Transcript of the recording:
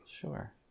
sure